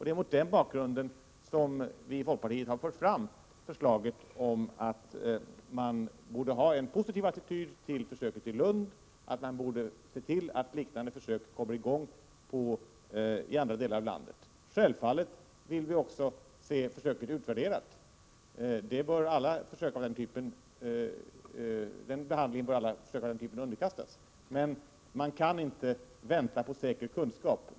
Det är mot den bakgrunden vii folkpartiet har fört fram ett förslag, där vi anser att attityden till försöket i Lund borde vara positiv och att liknande försök borde komma i gång i andra delar av landet. Självfallet vill vi också se försöket utvärderat. En utvärdering bör alla försök av den här typen underkastas. Men vi kan inte vänta på säker kunskap.